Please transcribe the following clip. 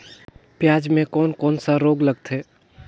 पियाज मे कोन कोन सा रोग लगथे?